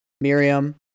Miriam